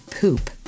poop